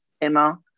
Emma